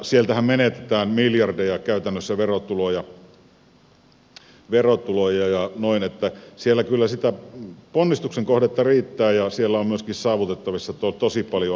sieltähän menetetään käytännössä miljardeja verotuloja että siellä kyllä sitä ponnistuksen kohdetta riittää ja siellä on myöskin saavutettavissa tosi paljon asioita